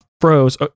froze